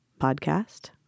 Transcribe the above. podcast